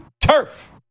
turf